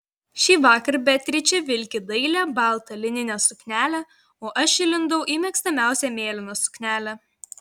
šįvakar beatričė vilki dailią baltą lininę suknelę o aš įlindau į mėgstamiausią mėlyną suknelę